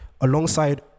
alongside